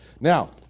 Now